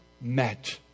met